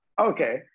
Okay